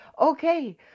Okay